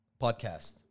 podcast